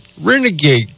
Renegade